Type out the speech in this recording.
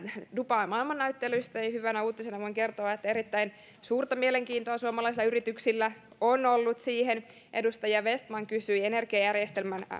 dubain maailmannäyttelystä hyvänä uutisena voin kertoa että erittäin suurta mielenkiintoa suomalaisilla yrityksillä on ollut siihen edustaja vestman kysyi energiajärjestelmän